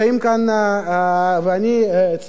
ואני צעיר עדיין,